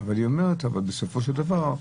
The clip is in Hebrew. --- אבל היא אומרת שבסופו של דבר,